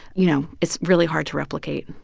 you know, is really hard to replicate,